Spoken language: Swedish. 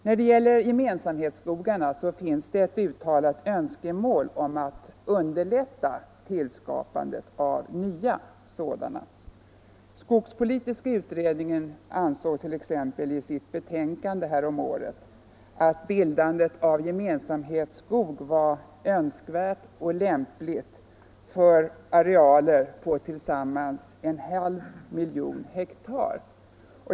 När det gäller gemensamhetsskogarna finns det ett uttalat önskemål om att underlätta tillskapandet av nya sådana. Skogspolitiska utredningen ansåg t.ex. i sitt betänkande häromåret att bildandet av gemensamhetsskog var önskvärt och lämpligt för arealer på tillsammans en halv miljon hektar.